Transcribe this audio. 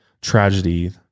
tragedy